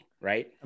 right